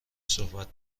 صحبت